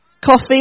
Coffee